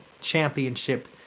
Championship